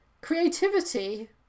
creativity